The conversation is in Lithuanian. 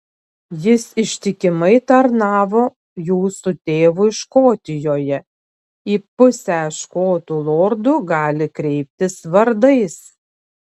jis ištikimai tarnavo jūsų tėvui škotijoje į pusę škotų lordų gali kreiptis vardais